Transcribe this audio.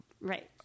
Right